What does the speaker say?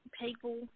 People